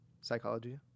psychology